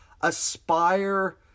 .aspire